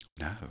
No